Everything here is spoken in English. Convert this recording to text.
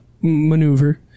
maneuver